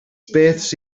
sydd